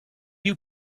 you